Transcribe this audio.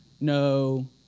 no